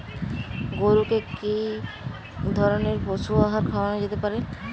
গরু কে কি ধরনের পশু আহার খাওয়ানো যেতে পারে?